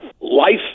Life